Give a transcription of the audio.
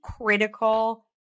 critical